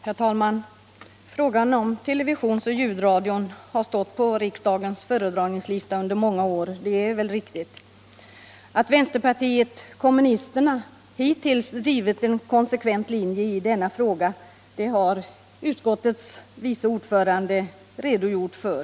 Herr talman! Frågan om televisionen och ljudradion har stått på riksdagens föredragningslista under många år, det är riktigt. Och att vän sterpartiet kommunisterna hittills har drivit en konsekvent linje i denna fråga har utskottets vice ordförande här redogjort för.